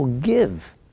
give